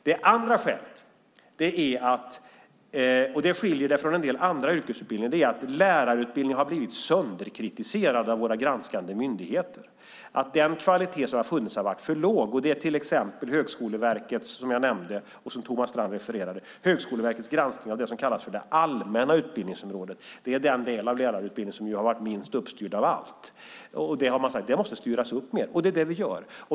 Det andra skälet, och det skiljer denna utbildning från en del andra yrkesutbildningar, är att lärarutbildningen har blivit sönderkritiserad av våra granskande myndigheter när det gäller att den kvalitet som har funnits har varit för låg. Ett exempel är Högskoleverkets granskning, som jag nämnde och som Thomas Strand refererade till, av det som kallas det allmänna utbildningsområdet. Det är den del av lärarutbildningen som har varit minst uppstyrd. Man har sagt att den måste styras upp mer, och det är det vi gör.